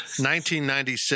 1996